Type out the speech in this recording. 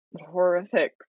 horrific